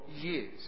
years